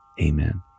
Amen